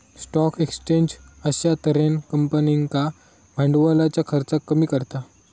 stock exchange अश्या तर्हेन कंपनींका भांडवलाच्या खर्चाक कमी करता